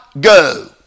go